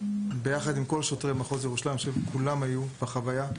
ביחד עם כל שוטרי מחוז ירושלים שהיו בחוויה,